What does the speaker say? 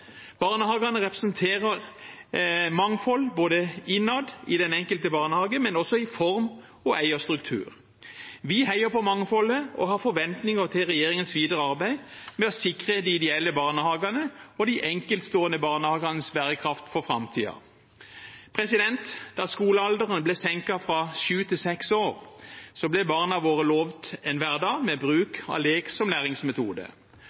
Barnehagene representerer mangfold, både innad i den enkelte barnehage og også i form og eierstruktur. Vi heier på mangfoldet og har forventninger til regjeringens videre arbeid med å sikre de ideelle barnehagene og de enkeltstående barnehagenes bærekraft for framtiden. Da skolealderen ble senket fra sju til seks år, ble barna våre lovet en hverdag med bruk av lek som læringsmetode.